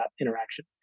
interaction